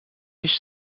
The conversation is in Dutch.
wist